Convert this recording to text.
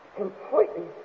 completely